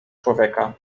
człowieka